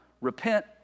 repent